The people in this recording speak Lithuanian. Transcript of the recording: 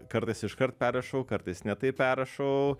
kartais iškart perrašau kartais ne taip perrašau